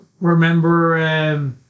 remember